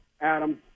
Adam